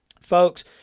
Folks